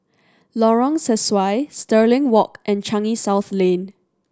Lorong Sesuai Stirling Walk and Changi South Lane